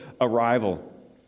arrival